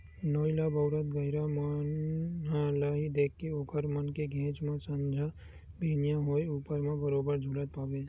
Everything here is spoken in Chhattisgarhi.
नोई ल बउरत गहिरा मन ल ही देखबे ओखर मन के घेंच म संझा बिहनियां होय ऊपर म बरोबर झुलत पाबे